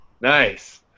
Nice